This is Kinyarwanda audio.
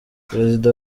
perezida